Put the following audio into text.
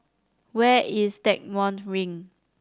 where is Stagmont Ring